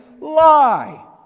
lie